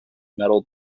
metal